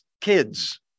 kids